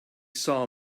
saw